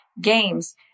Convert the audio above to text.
games